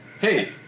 hey